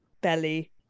belly